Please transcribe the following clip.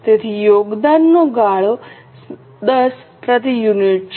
તેથી યોગદાનનું ગાળો 10 પ્રતિ યુનિટ છે